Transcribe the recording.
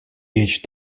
речь